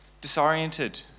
disoriented